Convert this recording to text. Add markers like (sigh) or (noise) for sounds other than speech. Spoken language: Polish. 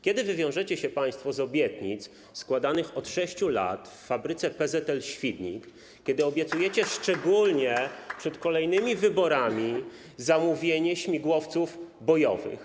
Kiedy wywiążecie się państwo z obietnic składanych od 6 lat fabryce PZL-Świdnik, (applause) której obiecujecie, szczególnie przed kolejnymi wyborami, zamówienie śmigłowców bojowych?